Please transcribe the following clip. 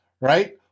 right